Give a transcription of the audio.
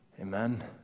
Amen